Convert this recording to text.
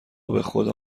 بخدا